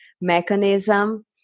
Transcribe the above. mechanism